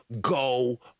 Go